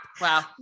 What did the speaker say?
Wow